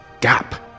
Gap